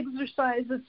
exercises